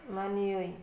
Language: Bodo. मानियै